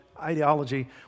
ideology